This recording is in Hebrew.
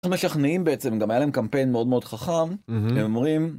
משכנעים בעצם גם היה להם קמפיין מאוד מאוד חכם הם אומרים.